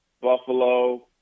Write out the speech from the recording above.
Buffalo